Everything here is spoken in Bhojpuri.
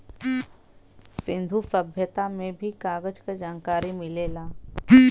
सिंन्धु सभ्यता में भी कागज क जनकारी मिलेला